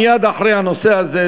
מייד אחרי הנושא הזה,